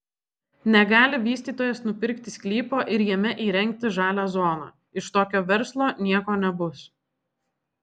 negali vystytojas nupirkti sklypo ir jame įrengti žalią zoną iš tokio verslo nieko nebus